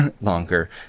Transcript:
longer